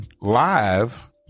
live